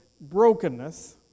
brokenness